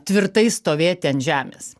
tvirtai stovėti ant žemės